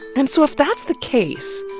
and so, if that's the case,